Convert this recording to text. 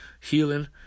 healing